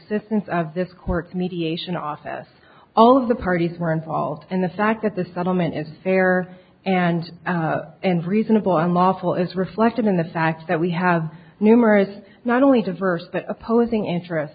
systems of this court mediation office all of the parties were involved and the fact that the settlement is fair and reasonable unlawful is reflected in the fact that we have numerous not only diverse but opposing interests